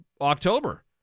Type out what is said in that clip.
October